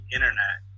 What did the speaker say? Internet